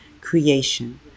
creation